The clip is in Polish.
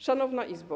Szanowna Izbo!